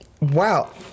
Wow